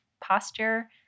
posture